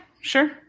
Sure